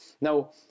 Now